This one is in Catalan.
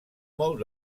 molt